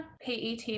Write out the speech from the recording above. PET